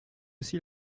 aussi